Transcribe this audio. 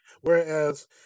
whereas